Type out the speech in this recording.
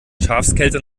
schafskälte